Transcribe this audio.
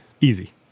easy